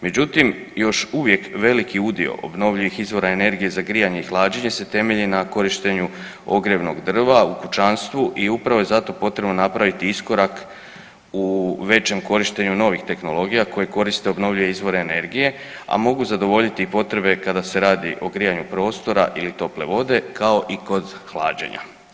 Međutim, još uvijek veliku udio obnovljivih izvora energije za grijanje i hlađenje se temelji na korištenju ogrjevnog drva u kućanstvu i upravo je zato potrebno napraviti iskorak u većem korištenju novih tehnologija koje koriste obnovljive izvore energije, a mogu zadovoljiti potrebe kada se radi o grijanju prostora ili tople vode kao i kod hlađenja.